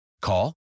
Call